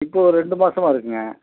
இப்போது ஒரு ரெண்டு மாசமாக இருக்குங்க